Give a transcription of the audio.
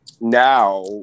now